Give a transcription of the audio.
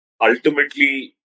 ultimately